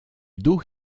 duch